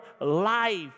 life